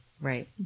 Right